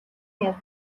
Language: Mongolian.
явж